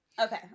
Okay